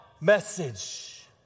message